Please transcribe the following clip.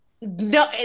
No